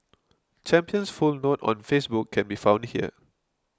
Champion's full note on Facebook can be found here